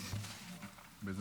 תודה.